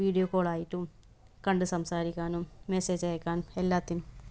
video കോളായിട്ടും കണ്ട് സംസാരിക്കാനും മെസേജ് അയക്കാനും എല്ലാറ്റിനും